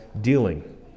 dealing